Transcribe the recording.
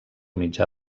mitjà